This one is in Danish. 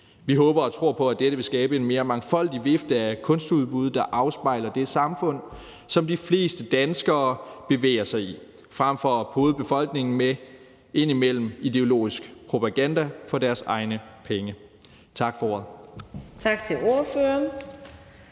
Vi håber og tror på, at dette vil skabe en mere mangfoldig vifte af kunstudbud, der afspejler det samfund, som de fleste danskere bevæger sig i, frem for at pode befolkningen med indimellem ideologisk propaganda for deres egne penge. Tak for ordet. Kl.